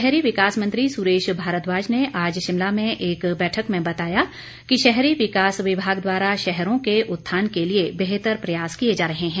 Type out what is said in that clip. शहरी विकास मंत्री सुरेश भारद्वाज ने आज शिमला में एक बैठक में बताया कि शहरी विकास विभाग द्वारा शहरों के उत्थान के लिए बेहतर प्रयास किए जा रहे हैं